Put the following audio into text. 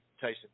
Tyson